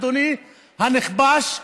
אדוני הנכבש,